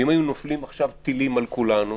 ואם היו נופלים עכשיו טילים על כולנו,